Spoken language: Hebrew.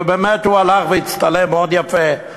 ובאמת הוא הלך והצטלם מאוד יפה.